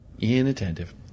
Inattentive